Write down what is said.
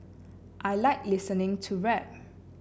I like listening to rap